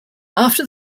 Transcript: after